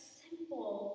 simple